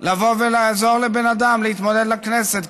לבוא ולעזור לבן אדם להתמודד לכנסת,